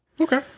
Okay